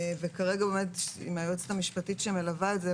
ועם היועצת המשפטית שמלווה את זה,